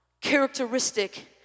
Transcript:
characteristic